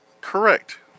correct